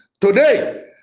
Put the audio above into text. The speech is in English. today